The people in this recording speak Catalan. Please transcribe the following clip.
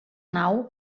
nau